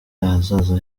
ahazaza